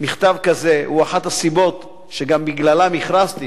מכתב כזה הוא אחת הסיבות שגם בגללן הכרזתי